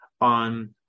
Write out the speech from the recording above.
on